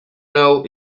know